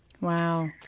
Wow